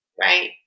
right